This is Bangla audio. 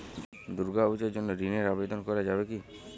দুর্গাপূজার জন্য ঋণের আবেদন করা যাবে কি?